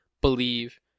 believe